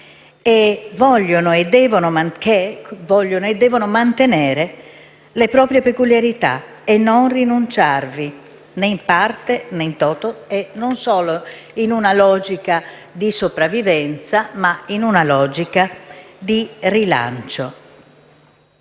che vogliono e devono mantenere le proprie peculiarità e non rinunciarvi, né in parte, né *in toto,* e non solo in una logica di sopravvivenza, ma in una logica di rilancio.